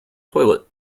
toilet